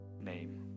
name